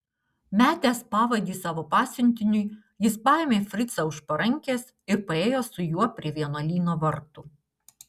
metęs pavadį savo pasiuntiniui jis paėmė fricą už parankės ir paėjo su juo prie vienuolyno vartų